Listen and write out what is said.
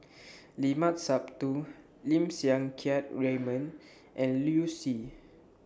Limat Sabtu Lim Siang Keat Raymond and Liu Si